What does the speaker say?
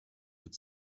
wird